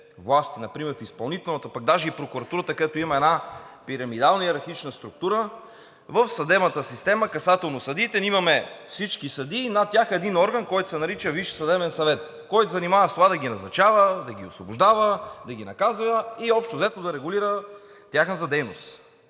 власти, например в изпълнителната, даже и в прокуратурата, където има една пирамидална йерархична структура, в съдебната система касателно съдиите имаме всички съдии – над тях един орган, който се нарича Висш съдебен съвет, който се занимава с това да ги назначава, да ги освобождава, да ги наказва и общо взето да регулира тяхната дейност.